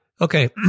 Okay